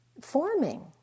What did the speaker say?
forming